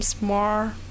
more